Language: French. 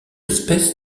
espèce